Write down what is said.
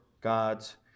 God's